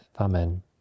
Amen